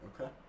Okay